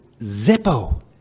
zippo